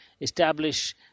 establish